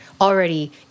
already